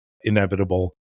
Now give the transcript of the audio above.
inevitable